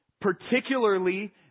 particularly